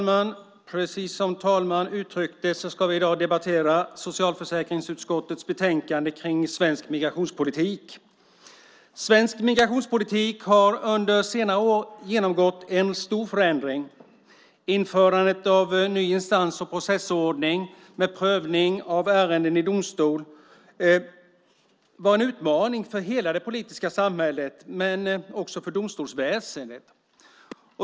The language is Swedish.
Herr talman! Vi ska i dag debattera socialförsäkringsutskottets betänkande om svensk migrationspolitik. Den har under senare år genomgått en stor förändring. Införandet av ny instans och processordning med prövning av ärenden i domstol var en utmaning för hela det politiska samhället men också för domstolsväsendet.